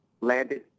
landed